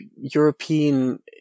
European